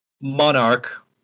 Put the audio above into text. monarch